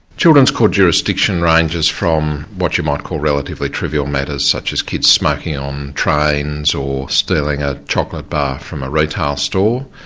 children's court jurisdiction ranges from what you might call relatively trivial matters such as kids smoking on trains, or stealing a chocolate bar from a retail store,